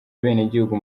abenegihugu